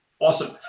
awesome